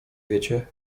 wiecie